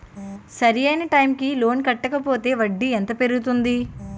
సరి అయినా టైం కి లోన్ కట్టకపోతే వడ్డీ ఎంత పెరుగుతుంది?